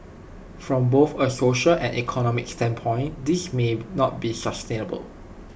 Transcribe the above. from both A social and economic standpoint this may not be sustainable